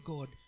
God